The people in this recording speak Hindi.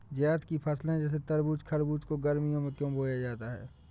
जायद की फसले जैसे तरबूज़ खरबूज को गर्मियों में क्यो बोया जाता है?